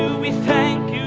we thank